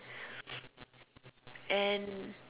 and